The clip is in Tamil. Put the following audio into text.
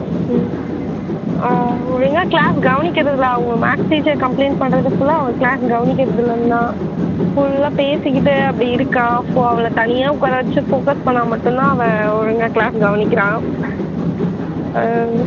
ஒழுங்காக கிளாஸ் கவனிக்கிறது இல்லை அவங்க மேக்ஸ் டீச்சர் கம்ப்ளைண்ட் பண்ணுறது ஃபுல்லாக அவள் கிளாஸ் கவனிக்கிறது இல்லைன்னுதான் ஃபுல்லாக பேசிக்கிட்டு அப்படி இருக்காள் ஃபோ அவளை தனியாக உக்கார வச்சு ஃபோகஸ் பண்ணிணா மட்டும்தான் அவள் ஒழுங்காக கிளாஸ் கவனிக்கிறாள்